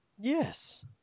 Yes